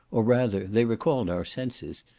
or rather, they recalled our senses,